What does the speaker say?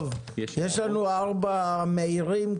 טוב, יש לנו ארבעה מהירים.